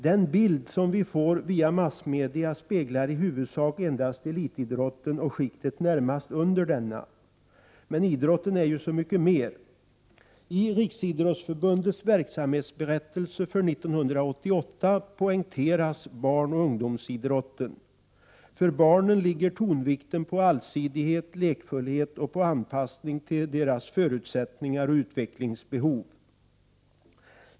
Den bild som vi får via massmedia speglar i huvudsak endast elitidrotten och skiktet närmast under denna. Men idrotten är ju så mycket mer. I Riksidrottsförbundets verksamhetsberättelse för 1988 poängteras barnoch ungdomsidrotten. För barnen ligger tonvikten på allsidighet, lekfullhet och på anpassning till deras förutsättningar och utvecklingsbehov.